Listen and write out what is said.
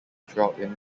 throughout